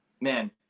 man